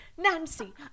Nancy